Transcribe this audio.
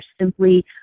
simply